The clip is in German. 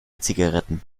zigaretten